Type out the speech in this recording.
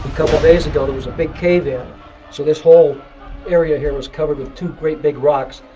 couple of days ago, there was a big cave in so this whole area here was covered with two great big rocks.